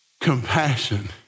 compassion